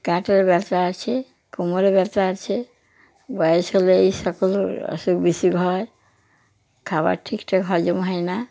গাঁটের ব্যথা আছে কোমরে ব্যথা আছে বয়স কালে এই সকল অসুখ বিসুখ হয় খাবার ঠিকঠাক হজম হয় না